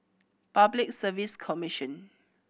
Public Service Commission